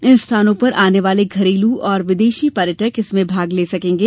इन स्थानों पर आने वाले घरेलू और विदेशी पर्यटक इसमें भाग ले सकेंगे